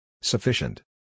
Sufficient